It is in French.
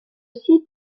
site